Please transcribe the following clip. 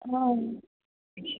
हां